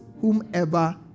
whomever